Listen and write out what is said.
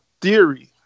theory